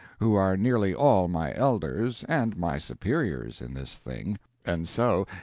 who are nearly all my elders and my superiors, in this thing and so,